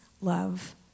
love